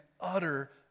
utter